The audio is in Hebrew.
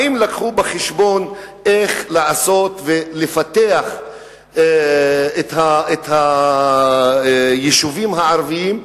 האם הביאו בחשבון איך לעשות ולפתח את היישובים הערביים,